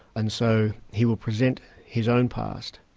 and so he will present his own past,